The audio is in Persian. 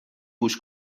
گوش